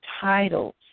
titles